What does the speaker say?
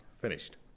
finished